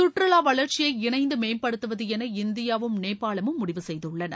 சுற்றுலா வளர்ச்சியை இணைந்து மேம்படுத்துவது என இந்தியாவும் நேபாளமும் முடிவு செய்துள்ளன